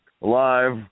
live